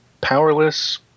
powerless